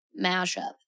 mashup